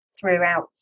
throughout